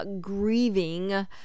grieving